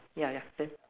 ya ya same